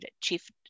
Chief